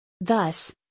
Thus